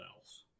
else